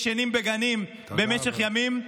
ישנים בגנים במשך ימים,